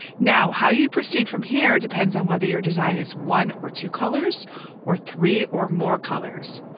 now, how you proceed from here depends on whether your design is one or two colors or three or more colors.